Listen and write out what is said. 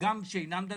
וגם שאינם דתיים.